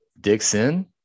Dixon